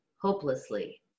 hopelessly